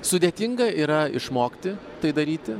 sudėtinga yra išmokti tai daryti